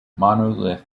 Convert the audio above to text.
monolith